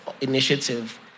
initiative